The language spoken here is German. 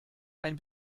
ein